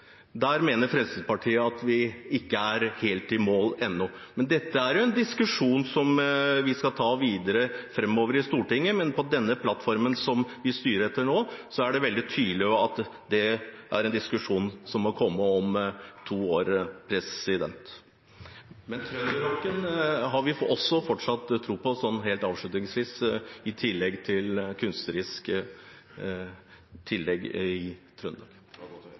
dette er en diskusjon som vi skal ta videre framover i Stortinget, men ut fra den plattformen vi styrer etter nå, er det veldig tydelig at det er en diskusjon som må komme om to år. Men trønderrocken har vi fortsatt tro på, sånn helt avslutningsvis, i tillegg til andre kunstneriske innslag i